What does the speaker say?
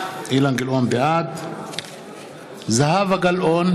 בעד זהבה גלאון,